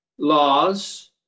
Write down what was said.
Laws